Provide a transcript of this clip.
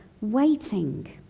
waiting